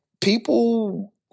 people